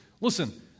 Listen